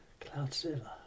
Cloudzilla